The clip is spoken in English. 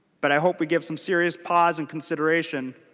but i hope we get some serious pause and consideration